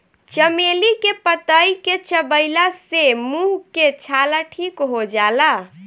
चमेली के पतइ के चबइला से मुंह के छाला ठीक हो जाला